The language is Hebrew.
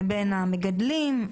לבין המגדלים,